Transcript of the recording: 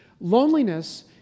Loneliness